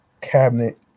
cabinet